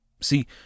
See